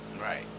Right